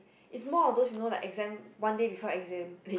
is more of those you know like exam one day before exam